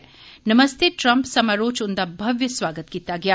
नमस्ते Trump समारोह च उंदा भव्य सुआगत कीता गेआ